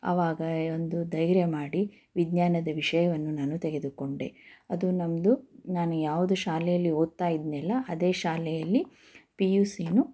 ಆವಾಗ ಒಂದು ಧೈರ್ಯ ಮಾಡಿ ವಿಜ್ಞಾನದ ವಿಷಯವನ್ನು ನಾನು ತೆಗೆದುಕೊಂಡೆ ಅದು ನಮ್ಮದು ನಾನು ಯಾವುದು ಶಾಲೆಯಲ್ಲಿ ಓದ್ತಾ ಇದ್ನಲ್ಲ ಅದೇ ಶಾಲೆಯಲ್ಲಿ ಪಿ ಯು ಸಿನು